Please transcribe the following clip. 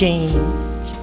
Change